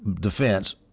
defense